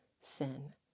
sin